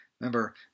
Remember